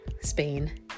Spain